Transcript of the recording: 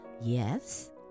Yes